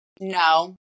No